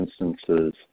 instances